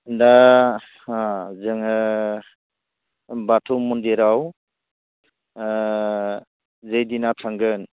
दा जोङो बाथौ मन्दिरआव जैदिना थांगोन